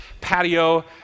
Patio